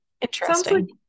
interesting